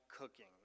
cooking